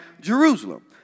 Jerusalem